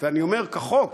ואני אומר: כחוק,